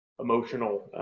emotional